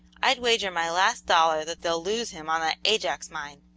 i'd wager my last dollar that they'll lose him on that ajax mine!